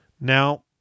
Now